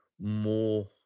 more